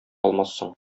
алмассың